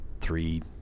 three